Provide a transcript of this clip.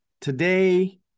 today